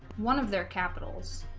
one of their capitals